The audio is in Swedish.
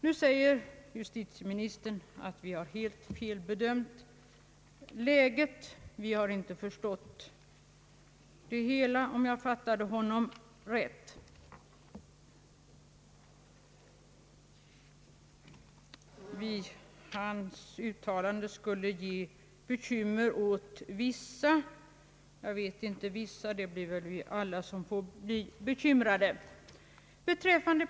Nu säger justitieministern att vi har felbedömt läget, inte förstått det hela; och om jag fattade hans uttalande rätt skulle detta ge bekymmer åt vissa — jag vet inte vilka han syftar på, det blir väl vi alla som får vara bekymrade.